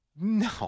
No